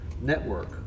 network